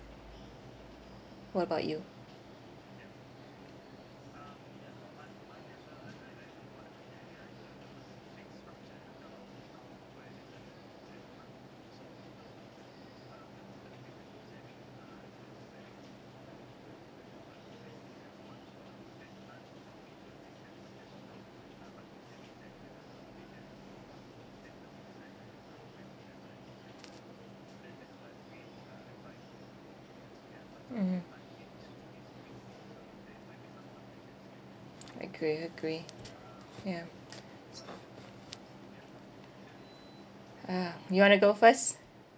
what about you mmhmm agree agree yeah ah you want to go first